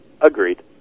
Agreed